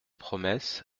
promesse